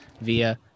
via